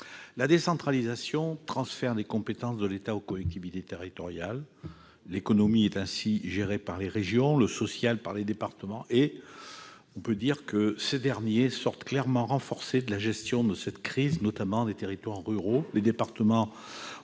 La décentralisation consiste en un transfert de compétences de l'État aux collectivités territoriales : l'économie est gérée par les régions, le social par les départements. Ces derniers sortent clairement renforcés de la gestion de cette crise, notamment dans les territoires ruraux. En effet, les départements